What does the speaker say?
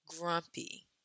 Grumpy